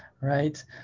Right